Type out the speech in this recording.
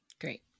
Great